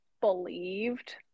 believed